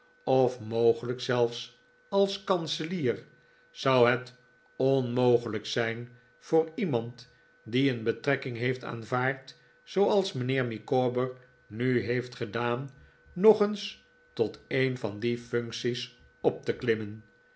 of mogelijk zelfs als kanselier zou het onmogelijk zijn voor iemand die een betrekking heeft aanvaard zooals mijnheer micawber nu heeft gedaan nog eens tot een van die functies op te klimmen